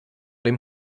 dem